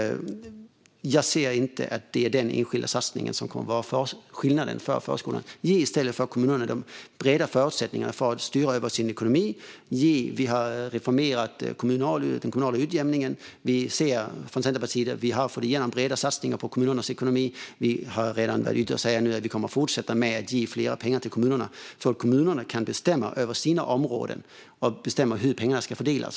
Jag ser dock inte att det är den enskilda satsningen som kommer att vara skillnaden för förskolan. Ge i stället kommunerna de breda förutsättningarna att styra över sin ekonomi! Vi har reformerat den kommunala utjämningen och har från Centerpartiets sida fått igenom breda satsningar på kommunernas ekonomi. Vi har sagt att vi kommer att fortsätta att ge mer pengar till kommunerna så att de kan bestämma över sina områden och hur pengarna ska fördelas.